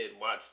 watch